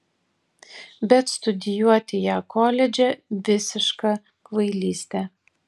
bet studijuoti ją koledže visiška kvailystė